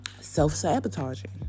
self-sabotaging